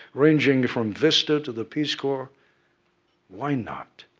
ranging from vista to the peace corps why not?